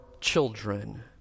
children